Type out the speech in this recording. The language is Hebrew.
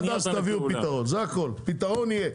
פתרון יהיה.